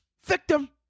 Victim